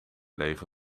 lege